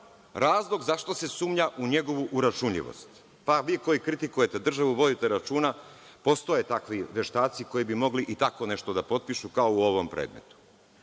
razlog zašto se sumnja u njegovu uračunljivost. Pa, vi koji kritikujete državu vodite računa, postoje takvi veštaci koji bi mogli i tako nešto da potpišu, kao u ovom predmetu.